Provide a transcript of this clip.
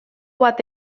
bat